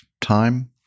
time